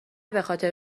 بخاطر